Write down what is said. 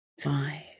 five